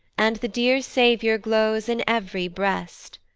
and the dear saviour glows in ev'ry breast.